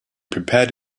prepared